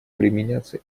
применяться